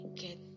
get